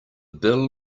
bill